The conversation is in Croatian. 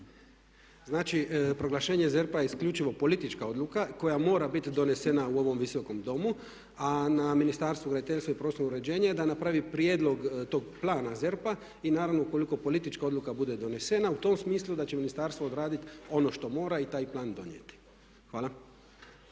Znači proglašenje ZERP-a je isključivo politička odluka koja mora biti donesena u ovom Visokom domu, a na Ministarstvu graditeljstva i prostornog uređenja je da napravi prijedlog tog plana ZERP-a i naravno ukoliko politička odluka bude donesena u tom smislu da će ministarstvo odraditi ono što mora i taj plan donijeti. Hvala.